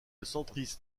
centriste